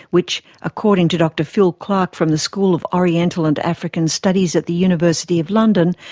which, according to dr phil clark from the school of oriental and african studies at the university of london,